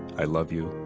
i love you,